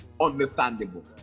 understandable